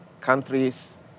countries